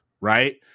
right